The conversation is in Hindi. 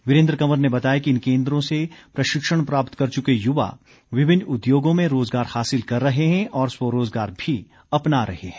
वीरेंद्र कंवर ने बताया कि इन केंद्रों से प्रशिक्षण प्राप्त कर चुके युवा विभिन्न उद्योगों में रोजगार हासिल कर रहे हैं और स्वरोजगार भी अपना रहे हैं